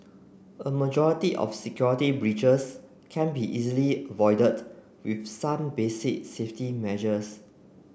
a majority of security breaches can be easily avoided with some basic safety measures